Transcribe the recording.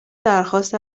درخواست